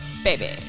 Baby